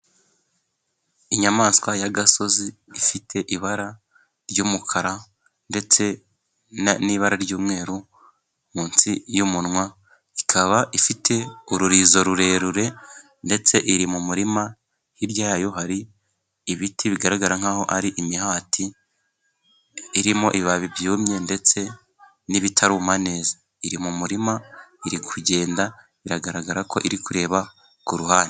Inyamaswa y'agasozi ifite ibara ry'umukara, ndetse n'ibara ry'umweru, munsi y'umunwa ikaba ifite ururizo rurerure, ndetse iri mu murima. Hirya yayo hari ibiti bigaragara nk'aho ari imihati irimo ibibabi byumye, ndetse n'ibitaruma neza, iri mu murima, iri kugenda biragaragara ko iri kureba ku ruhande.